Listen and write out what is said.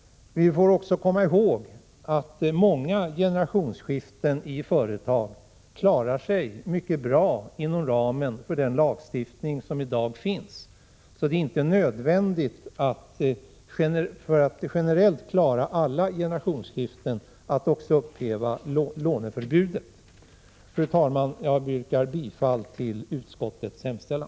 Vi får också komma ihåg att många generationsskiften i företag klaras mycket bra inom ramen för den lagstiftning som i dag finns. Det är alltså inte nödvändigt för att generellt klara alla generationsskiften att också upphäva låneförbudet. Fru talman! Jag yrkar bifall till utskottets hemställan.